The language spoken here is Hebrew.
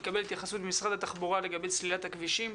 לקבל התייחסות ממשרד התחבורה לגבי סלילת הכבישים.